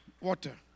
Water